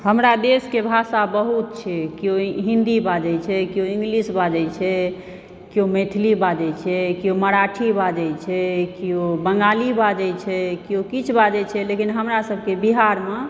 हमरा देशके भाषा बहुत छै केओ हिन्दी बाजै छै केओ इंग्लिश बाजै छै केओ मैथिली बाजै छै केओ मराठी बाजै छै केओ बंगाली बाजए छै केओ किछु बाजै छै लेकिन हमरा सभके बिहारमे